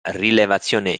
rilevazione